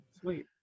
Sweet